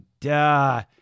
duh